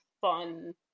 fun